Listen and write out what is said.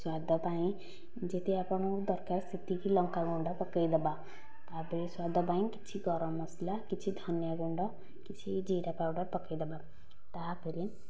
ସ୍ୱାଦ ପାଇଁ ଯେତିକି ଆପଣଙ୍କୁ ଦରକାର ସେତିକି ଲଙ୍କା ଗୁଣ୍ଡ ପକାଇଦେବା ତାପରେ ସ୍ୱାଦ ପାଇଁ କିଛି ଗରମ ମସଲା କିଛି ଧନିଆ ଗୁଣ୍ଡ କିଛି ଜିରା ପାଉଡ଼ର ପକାଇ ଦେବା ତାପରେ